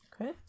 Okay